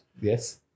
Yes